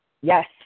Yes